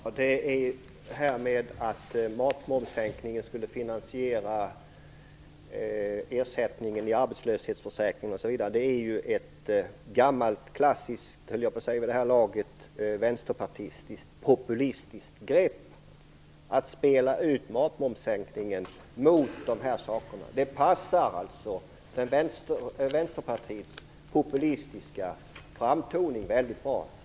Fru talman! Att säga att matmomssänkningen skulle finansieras genom försämringar i ersättningen i arbetslöshetsförsäkringen osv. är ett vid det här laget gammalt klassiskt, höll jag på att säga, vänsterpartistiskt populistiskt grepp. Att spela ut matmomssänkningen mot dessa saker passar Vänsterpartiets populistiska framtoning väldigt bra.